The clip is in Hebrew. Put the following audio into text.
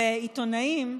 ועיתונאים,